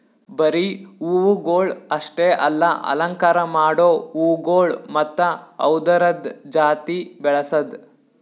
ಬರೀ ಹೂವುಗೊಳ್ ಅಷ್ಟೆ ಅಲ್ಲಾ ಅಲಂಕಾರ ಮಾಡೋ ಹೂಗೊಳ್ ಮತ್ತ ಅವ್ದುರದ್ ಜಾತಿ ಬೆಳಸದ್